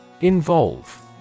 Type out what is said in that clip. Involve